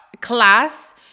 Class